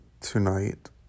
tonight